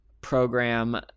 program